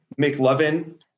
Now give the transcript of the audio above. McLovin